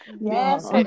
Yes